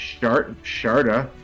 Sharda